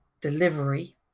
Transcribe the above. delivery